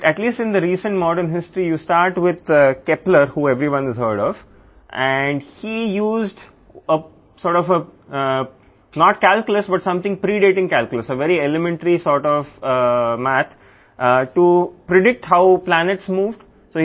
కానీ కనీసం ఇటీవలి ఆధునిక చరిత్రలో మీరు అందరూ విన్న కెప్లర్తో ప్రారంభించండి మరియు అతను ఒక విధమైన క్యాల్కులస్ని ఉపయోగించాడు కానీ గ్రహాలు ఎలా కదులుతున్నాయో అంచనా వేయడానికి గణితశాస్త్రం చాలా ప్రాథమికమైన గణితాన్ని ఉపయోగించింది